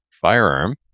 firearm